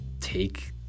take